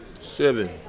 Seven